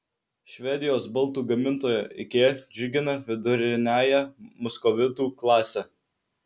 švedijos baldų gamintoja ikea džiugina viduriniąją muskovitų klasę